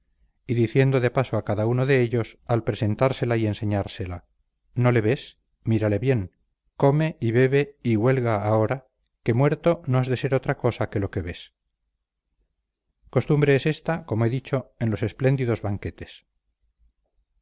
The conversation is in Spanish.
y diciendo de paso a cada uno de ellos al presentársela y enseñarla no le ves mírale bien come y bebe y huelga ahora que muerto no has de ser otra cosa que lo que ves costumbre es esta como he dicho en los espléndidos banquetes